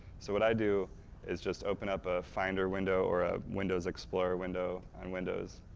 so what i do is just open up a finder window or a window's explorer window on windows.